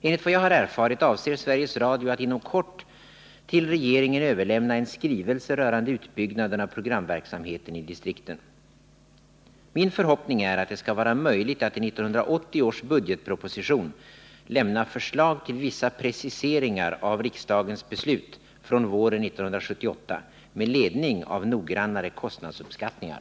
Enligt vad jag har erfarit avser Sveriges Radio att inom kort till regeringen överlämna en skrivelse rörande utbyggnaden av programverksamheten i distrikten. Min förhoppning är att det skall vara möjligt att i 1980 års budgetproposition lämna förslag till vissa preciseringar av riksdagens beslut från våren 1978 med ledning av noggrannare kostnadsuppskattningar.